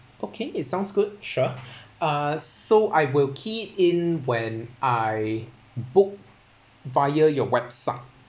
okay it sounds good sure uh so I will key it in when I book via your website